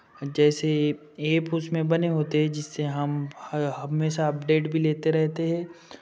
जैसे ऐप उसमें बने होते हैं जिससे हम हमेशा अपडेट भी लेते रहते हैं